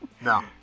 No